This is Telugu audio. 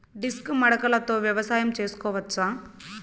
డిస్క్ మడకలతో వ్యవసాయం చేసుకోవచ్చా??